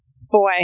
Boy